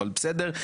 אבל בסדר,